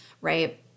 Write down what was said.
right